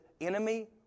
enemy